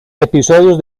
episodios